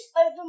over